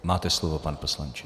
Máte slovo, pane poslanče.